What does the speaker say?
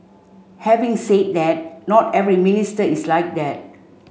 having said that not every minister is like that